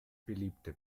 beliebte